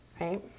right